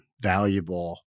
valuable